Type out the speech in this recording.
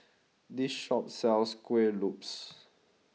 this shop sells Kueh Lopes